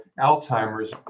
Alzheimer's